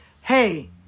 hey